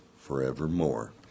forevermore